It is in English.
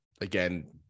again